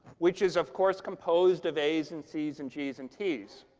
which is, of course, composed of a's, and c's, and g's, and t's,